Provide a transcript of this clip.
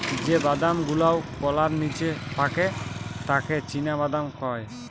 যে বাদাম গুলাওকলার নিচে পাকে তাকে চীনাবাদাম কয়